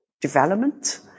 development